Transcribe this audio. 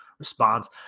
response